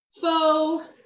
faux